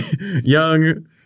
young